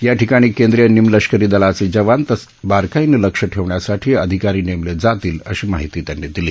या ठिकाणी केंद्रिय निमलष्करी दलाचे जवान तसंच बारकाईनं लक्ष ठेवण्यासाठी अधिकारी नेमले जातील अशी माहिती त्यांनी दिली